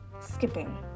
skipping